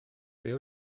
beth